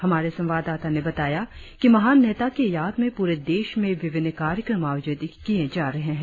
हमारे संवाददाता ने बताया कि महान नेता की याद में पूरे देश में विभिन्न कार्यक्रम आयोजित किए जा रहे है